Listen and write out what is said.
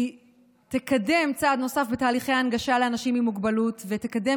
היא תקדם בצעד נוסף את תהליכי ההנגשה לאנשים עם מוגבלות ותקדם